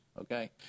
Okay